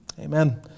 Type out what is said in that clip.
Amen